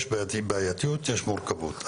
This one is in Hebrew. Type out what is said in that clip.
יש בעייתיות, יש מורכבות.